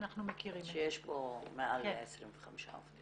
אנחנו מכירים את זה -- שיש בו מעל ל-25 עובדים.